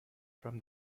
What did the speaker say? from